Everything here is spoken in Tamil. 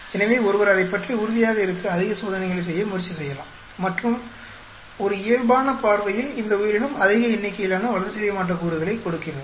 எனவே ஒருவர் அதைப் பற்றி உறுதியாக இருக்க அதிக சோதனைகளைச் செய்ய முயற்சி செய்யலாம் மற்றும் ஒரு இயல்பான பார்வையில் இந்த உயிரினம் அதிக எண்ணிக்கையிலான வளர்சிதைமாற்றகூறுகளைக் கொடுக்கிறது